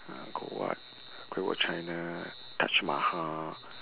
angkor wat great wall of china taj mahal